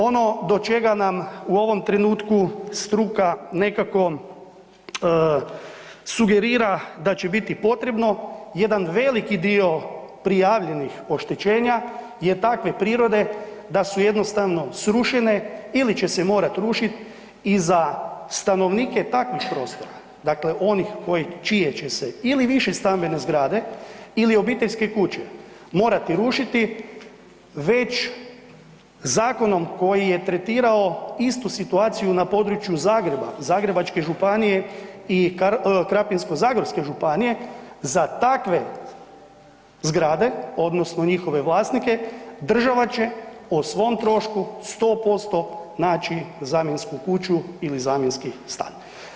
Ono do čega nam u ovom trenutku struka nekako sugerira da će biti potrebno jedan veliki dio prijavljenih oštećenja je takve prirode da su jednostavno srušene ili će se morat rušit i za stanovnike takvih prostora, dakle onih čije će se ili više stambene zgrade ili obiteljske kuće morati rušiti već zakonom koji je tretirao istu situaciju na području Zagreba, Zagrebačke županije i Krapinsko-zagorske županije za takve zgrade odnosno njihove vlasnike, država će o svom trošku 100% naći zamjensku kuću ili zamjenski stan.